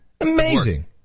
Amazing